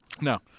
No